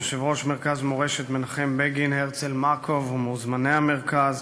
יושב-ראש מרכז מורשת מנחם בגין הרצל מקוב ומוזמני המרכז,